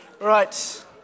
Right